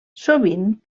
sovint